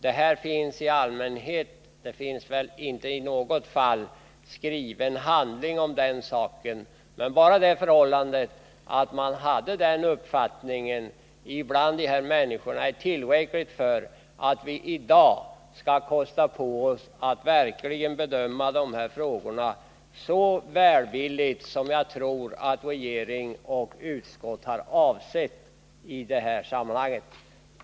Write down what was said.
En skriven handling om den saken finns väl inte i något fall, men bara det förhållandet att de här människorna hade denna uppfattning är tillräckligt för att vi i dag skall kosta på oss att verkligen bedöma frågorna så välvilligt som jag tror att regering och utskott har avsett.